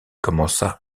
commença